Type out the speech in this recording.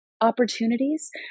opportunities